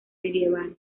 medieval